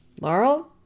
Laurel